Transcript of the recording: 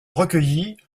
recueillit